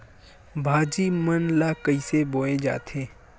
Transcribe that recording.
भाजी मन ला कइसे बोए जाथे?